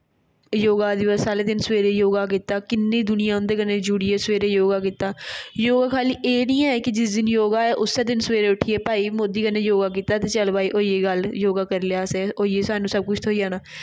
योगा दिवस आह्ले दिन सवैरे योगा कीता किन्नी दुनियां उं'दे कन्ने जोडियै सवैरे योगा कीता योगा खाल्ली एह् नेईं ऐ कि जिस दिन योगा होऐ उस्सेै दिन सवैरे उट्ठियै भाई मोदी कन्ने योगा कीता ते चल भाई होई गी गल्ल योगा करी लेआ असें होई गे सानूं सब कुछ थ्होई जाना